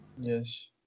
Yes